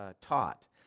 taught